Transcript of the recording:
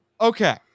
Okay